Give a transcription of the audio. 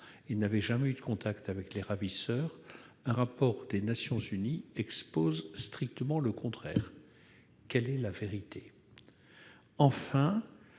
n'avaient jamais eu de contact avec les ravisseurs ; un rapport des Nations unies affirme strictement le contraire. Quelle est la vérité ?